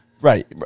Right